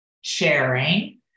sharing